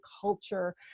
culture